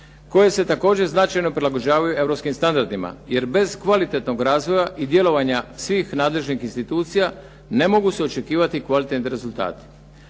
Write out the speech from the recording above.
koje se također značajno prilagođavaju europskim standardima. Jer bez kvalitetnog razvoja i djelovanja svih nadležnih institucija ne mogu se očekivati kvalitetni rezultati.